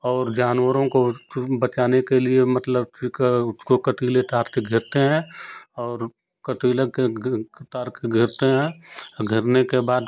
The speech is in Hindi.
और जानवरों को बचाने के लिए मतलब कि उसको कटीले तार से घेरते हैं और कटीले के तार के घेरते हैं घेरने के बाद